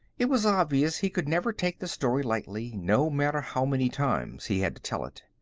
it was obvious he could never take the story lightly, no matter how many times he had to tell it.